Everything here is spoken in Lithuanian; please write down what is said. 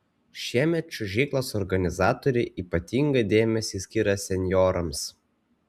šiemet čiuožyklos organizatoriai ypatingą dėmesį skiria senjorams